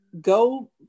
go